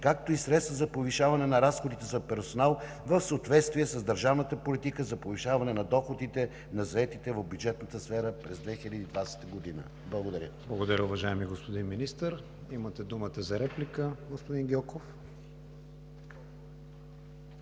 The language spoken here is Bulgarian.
както и средства за повишаване на разходите за персонал в съответствие с държавната политика за повишаване на доходите на заетите в бюджетната сфера през 2020 г. Благодаря. ПРЕДСЕДАТЕЛ КРИСТИАН ВИГЕНИН: Благодаря, уважаеми господин Министър. Имате думата за реплика, господин Гьоков.